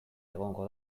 egongo